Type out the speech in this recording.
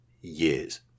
years